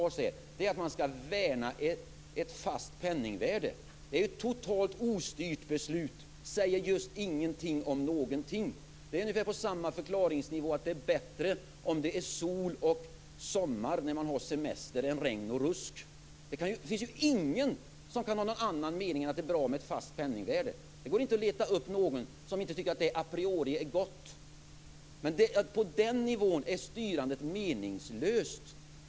Fru talman! Det styrbeslut som fattas här innebär att man skall värna ett fast penningvärde. Det är ett totalt ostyrt beslut som säger just ingenting om någonting. Det ligger på ungefär samma förklaringsnivå som att säga att det är bättre om det är sol och sommar när man har semester än regn och rusk. Det finns ju ingen som kan ha någon annan mening än att det är bra med ett fast penningvärde. Det går inte att leta upp någon som inte tycker att det a priori är gott. Men på den nivån är styrandet meningslöst.